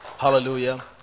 Hallelujah